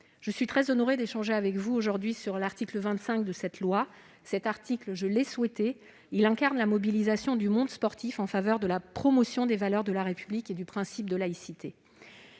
Je suis très honorée d'échanger avec vous sur l'article 25 de cette loi. Cet article, que j'ai souhaité, incarne la mobilisation du monde sportif en faveur de la promotion des valeurs de la République et du principe de laïcité.